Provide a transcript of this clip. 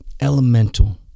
elemental